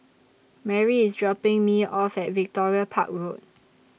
Merri IS dropping Me off At Victoria Park Road